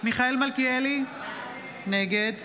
מיכאל מלכיאלי, נגד